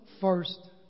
first